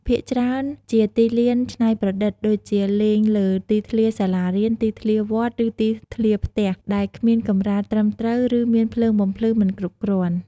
ភាគច្រើនជាទីលានច្នៃប្រឌិត ដូចជាលេងលើទីធ្លាសាលារៀន ទីធ្លាវត្ត ឬទីធ្លាផ្ទះ ដែលគ្មានកម្រាលត្រឹមត្រូវ ឬមានភ្លើងបំភ្លឺមិនគ្រប់គ្រាន់។